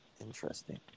Interesting